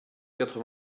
quatre